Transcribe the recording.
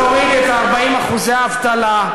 להוריד את 40% האבטלה,